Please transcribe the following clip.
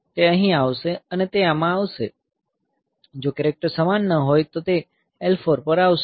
તે અહીં આવશે અને તે આમાં આવશે જો કેરેક્ટર સમાન ન હોય તો તે L 4 પર આવશે